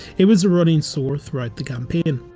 it was the running sore throughout the campaign.